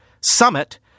Summit